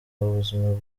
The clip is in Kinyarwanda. ubuzima